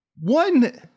One